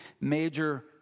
major